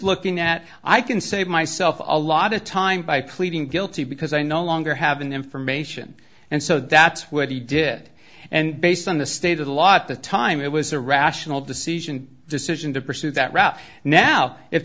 looking at i can save myself a lot of time by pleading guilty because i no longer have that information and so that's what he did and based on the state of the law at the time it was a rational decision decision to pursue that route now if